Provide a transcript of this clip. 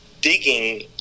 digging